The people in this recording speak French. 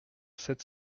sept